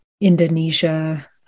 Indonesia